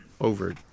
over